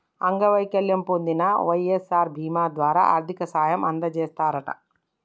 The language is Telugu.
అంగవైకల్యం పొందిన వై.ఎస్.ఆర్ బీమా ద్వారా ఆర్థిక సాయం అందజేస్తారట